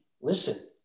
listen